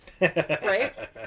Right